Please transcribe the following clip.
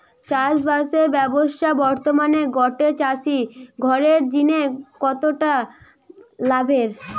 চাষবাসের ব্যাবসা বর্তমানে গটে চাষি ঘরের জিনে কতটা লাভের?